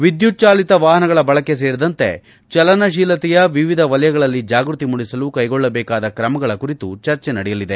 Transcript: ವಿದ್ಯುತ್ ಚಾಲಿತ ವಾಹನಗಳ ಬಳಕೆ ಸೇರಿದಂತೆ ಚಲನಶೀಲತೆಯ ವಿವಿಧ ವಲಯಗಳಲ್ಲಿ ಜಾಗೃತಿ ಮೂಡಿಸಲು ಕೈಗೊಳ್ಳಬೇಕಾದ ಕ್ರಮಗಳ ಕುರಿತು ಚರ್ಚೆ ನಡೆಯಲಿದೆ